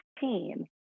team